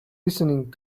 listening